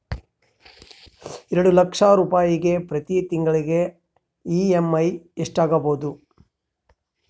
ಎರಡು ಲಕ್ಷ ರೂಪಾಯಿಗೆ ಪ್ರತಿ ತಿಂಗಳಿಗೆ ಇ.ಎಮ್.ಐ ಎಷ್ಟಾಗಬಹುದು?